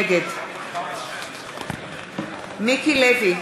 נגד מיקי לוי,